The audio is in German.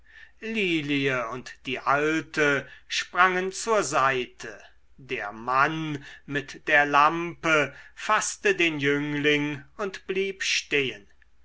lilie und die alte sprangen zur seite der mann mit der lampe faßte den jüngling und blieb stehen